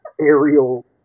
aerial